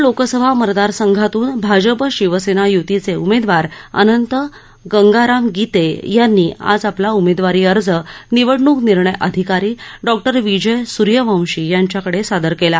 रायगड लोकसभा मतदार संघातून भाजप शिवसेना युतीचे उमेदवार अनंत गंगाराम गीते यांनी आज आपला उमेदवारी अर्ज निवडणूक निर्णय अधिकारी डॉक्टर विजय सूर्यवंशी यांच्याकडे सादर केला